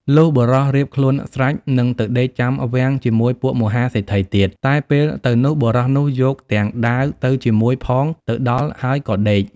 លុះបុរសរៀបខ្លួនស្រេច នឹងទៅដេកចាំវាំងជាមួយពួកមហាសេដ្ឋីទៀត តែពេលទៅនោះបុរសនោះយកទាំងដាវទៅជាមួយផងទៅដល់ហើយក៏ដេក ។